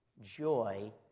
joy